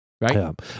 Right